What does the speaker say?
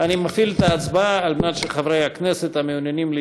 איתן כבל, עודד פורר, איל בן ראובן,